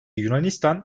yunanistan